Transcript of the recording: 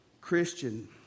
Christian